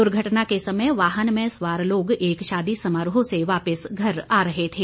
दुर्घटना के समय वाहन में सवार लोग एक शादी समारोह से वापिस घर आ रहे थे